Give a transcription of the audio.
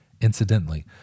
Incidentally